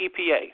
epa